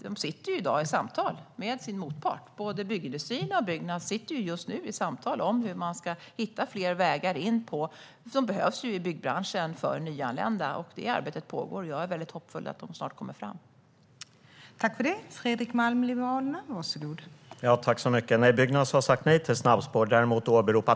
De sitter i dag i samtal med sin motpart. Både byggindustrin och Byggnads sitter just nu i samtal om hur man ska hitta fler vägar in i byggbranschen för nyanlända. Det arbetet pågår. Jag är väldigt hoppfull när det gäller att de snart ska komma fram.